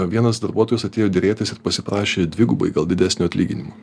vienas darbuotojas atėjo derėtis ir pasiprašė dvigubai gal didesnio atlyginimo